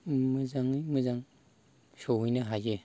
मोजाङै मोजां सौहैनो हायो